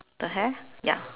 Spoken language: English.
the hair ya